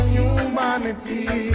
humanity